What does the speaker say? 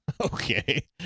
Okay